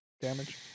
damage